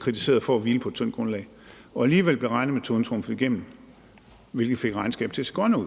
kritiseret for at hvile på et tyndt grundlag, og alligevel blev regnemetoden trumfet igennem, hvilket fik regnskabet til at se grønnere ud.